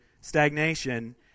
Stagnation